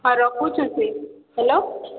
ହଁ ରଖିଚୁସି ହ୍ୟାଲୋ